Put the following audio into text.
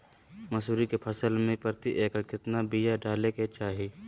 मसूरी के फसल में प्रति एकड़ केतना बिया डाले के चाही?